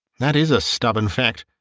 that is a stubborn fact.